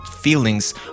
feelings